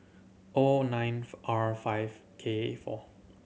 O nine R five K four